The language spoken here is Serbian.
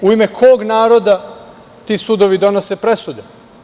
U ime kog naroda ti sudovi donose presude?